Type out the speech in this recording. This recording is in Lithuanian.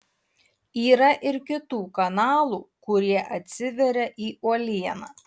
yra ir kitų kanalų kurie atsiveria į uolieną